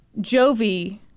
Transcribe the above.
Jovi